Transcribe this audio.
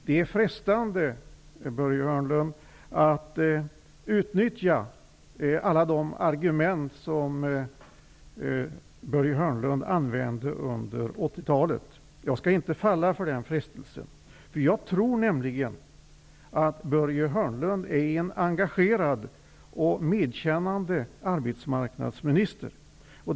Det är frestande, Börje Hörnlund, att utnyttja alla de argument som Börje Hörnlund själv använde under 80-talet. Jag skall inte falla för den frestelsen. Jag tror nämligen att Börje Hörnlund är en engagerad och medkännande arbetsmarknadsminister.